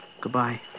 Goodbye